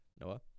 Noah